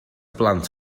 blant